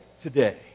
today